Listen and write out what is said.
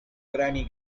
granny